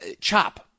CHOP